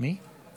אנחנו